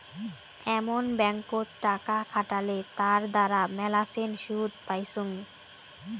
এমন ব্যাঙ্কত টাকা খাটালে তার দ্বারা মেলাছেন শুধ পাইচুঙ